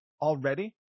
already